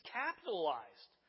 capitalized